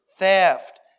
Theft